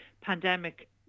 pandemic